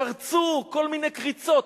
קרצו כל מיני קריצות,